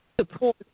support